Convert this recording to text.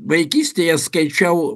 vaikystėje skaičiau